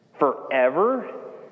Forever